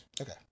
Okay